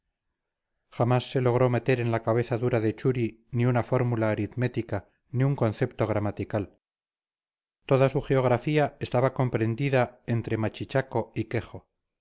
jamás se logró meter en la cabeza dura de churi ni una fórmula aritmética ni un concepto gramatical toda su geografía estaba comprendida entre machichaco y quejo